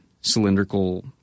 cylindrical